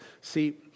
See